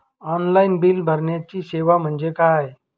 Online bill भरण्याची सेवा म्हणजे काय?